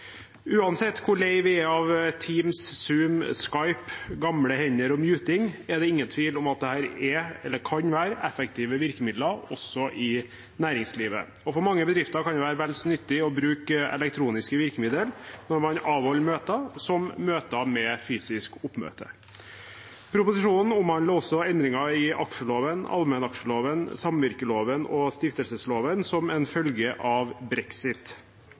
Uansett hvor lei vi er av Teams, Zoom, Skype, gamle hender og muting, er det ingen tvil om at de kan være effektive virkemidler også i næringslivet. For mange bedrifter kan det være vel så nyttig å bruke elektroniske virkemidler når man avholder møter, som møter med fysisk oppmøte. Proposisjonen omhandler også endringer i aksjeloven, allmennaksjeloven, samvirkeloven og stiftelsesloven som en følge av brexit.